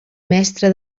mestre